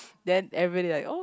then everyone like oh